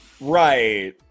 Right